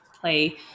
play